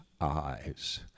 eyes